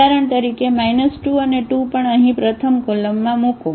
ઉદાહરણ તરીકે 2 અને 2 પણ અહીં પ્રથમ કોલમમાં મૂકો